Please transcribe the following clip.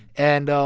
and,